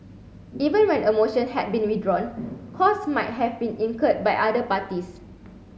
even when a motion had been withdrawn costs might have been incurred by other parties